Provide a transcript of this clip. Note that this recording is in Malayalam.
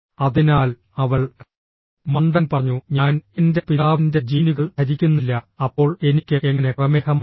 അതിനാൽ അവൾ മണ്ടൻ പറഞ്ഞു ഞാൻ എൻ്റെ പിതാവിൻ്റെ ജീനുകൾ ധരിക്കുന്നില്ല അപ്പോൾ എനിക്ക് എങ്ങനെ പ്രമേഹം വരും